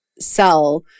sell